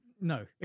No